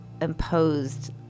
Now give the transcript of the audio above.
imposed